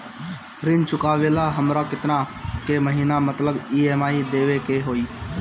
ऋण चुकावेला हमरा केतना के महीना मतलब ई.एम.आई देवे के होई?